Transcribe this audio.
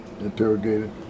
interrogated